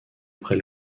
après